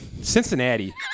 Cincinnati